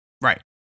Right